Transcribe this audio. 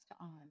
on